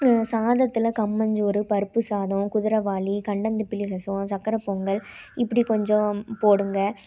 சாதத்தில் கம்மஞ்சோறு பருப்பு சாதம் குதிரவாலி கண்டந்திப்பிலி ரசம் சக்கரை பொங்கல் இப்படி கொஞ்சம் போடுங்கள்